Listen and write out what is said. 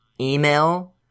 email